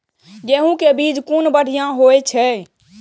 गैहू कै बीज कुन बढ़िया होय छै?